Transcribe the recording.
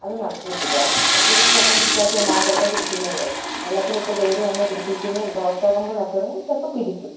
അത് നട്ടു പിടിപ്പിക്കുക ഒറ്റയടിക്ക് ചിലപ്പോൾ പിടിക്കാത്തത് ഉണ്ടാവും ചിലപ്പോൾ പിടിക്കുന്നതുണ്ട് വെള്ളത്തിലിട്ട് വേര് വന്ന് പിടിപ്പിക്കുന്നതും റോസാ കൊമ്പ് നട്ട് തുടങ്ങിയാൽ ചിലപ്പോൾ പിടിക്കും